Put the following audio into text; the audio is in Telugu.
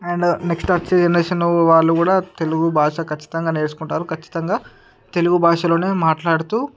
అండ్ నెక్స్ట్ వచ్చి జనరేషన్ వాళ్ళు కూడా తెలుగు భాష ఖచ్చితంగా నేర్చుకుంటారు ఖచ్చితంగా తెలుగు భాషలోనే మాట్లాడుతూ